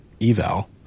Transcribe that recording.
eval